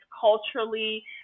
culturally